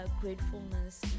gratefulness